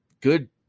good